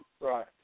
Right